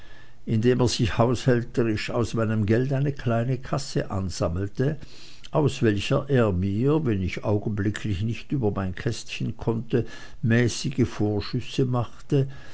indem er sich haushälterisch aus meinem gelde eine kleine kasse ansammelte aus welcher er mir wenn ich augenblicklich nicht über mein kästchen konnte mäßige vorschüsse machte